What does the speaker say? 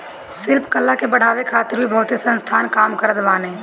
शिल्प कला के बढ़ावे खातिर भी बहुते संस्थान काम करत बाने